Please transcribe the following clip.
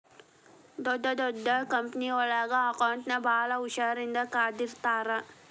ಡೊಡ್ ದೊಡ್ ಕಂಪನಿಯೊಳಗೆಲ್ಲಾ ಅಕೌಂಟ್ಸ್ ನ ಭಾಳ್ ಹುಶಾರಿನ್ದಾ ಕಾದಿಟ್ಟಿರ್ತಾರ